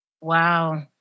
Wow